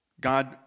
God